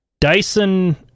Dyson